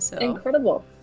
Incredible